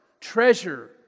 treasure